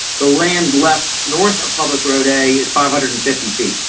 the land left north of public road a is five hundred and fifty feet.